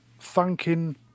thanking